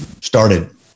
started